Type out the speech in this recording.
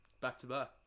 back-to-back